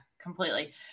completely